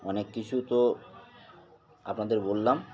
অনেক কিছু তো আপনাদের বললাম